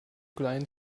klein